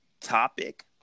topic